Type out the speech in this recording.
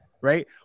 Right